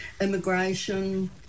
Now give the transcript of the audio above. immigration